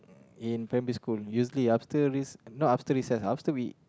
in primary school usually after recess not after recess after we